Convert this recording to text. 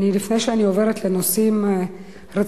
לפני שאני עוברת לנושאים רציניים,